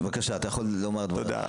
בבקשה, אתה יכול לומר את דבריך.